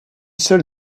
seule